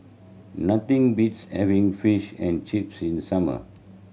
nothing beats having Fish and Chips in summer